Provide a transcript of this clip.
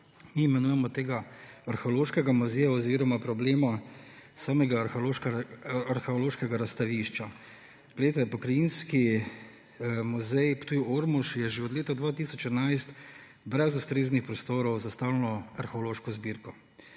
problemov tega arheološkega muzeja oziroma problem samega arheološkega razstavišča. Pokrajinski muzej Ptuj-Ormož je že od leta 2011 brez ustreznih prostorov za stalno arheološko zbirko,